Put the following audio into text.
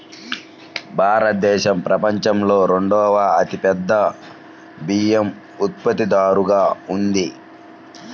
భారతదేశం ప్రపంచంలో రెండవ అతిపెద్ద బియ్యం ఉత్పత్తిదారుగా ఉంది